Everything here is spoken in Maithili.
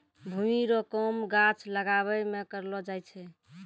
भूमि रो काम गाछ लागाबै मे करलो जाय छै